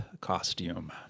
Costume